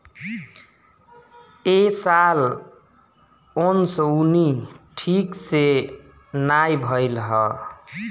ए साल ओंसउनी ठीक से नाइ भइल हअ